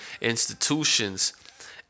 institutions